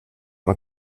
mal